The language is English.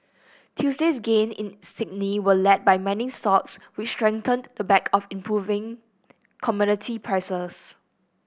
Tuesday's gains in Sydney were led by mining stocks which strengthened the back of improving commodity prices